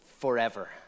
forever